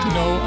no